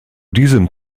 diesem